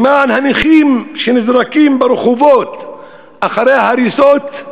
למען הנכים שנזרקים ברחובות אחרי ההריסות,